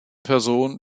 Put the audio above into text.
person